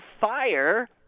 fire